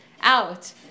out